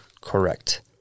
Correct